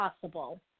possible